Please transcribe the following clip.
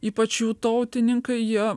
ypač jų tautininkai jie